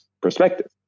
perspective